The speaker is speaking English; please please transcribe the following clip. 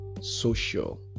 social